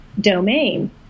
domain